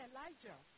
Elijah